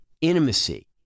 intimacy